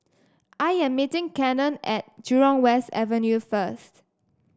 I am meeting Cannon at Jurong West Avenue first